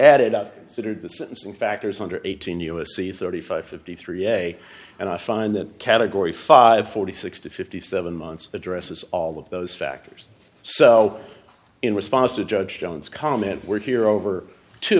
added up to the sentencing factors under eighteen u s c thirty five fifty three a and i find that category five forty six to fifty seven months addresses all of those factors so in response to judge jones comment we're here over two